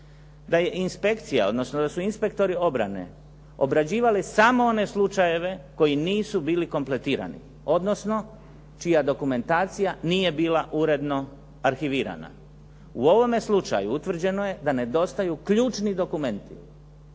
da su inspektori obrane obrađivali samo one slučajeve koji nisu bili kompletirani, odnosno čija dokumentacija nije bila uredno arhivirana. U ovome slučaju utvrđeno je da nedostaju ključni dokumenti